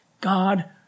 God